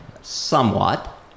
somewhat